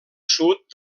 sud